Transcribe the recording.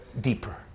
deeper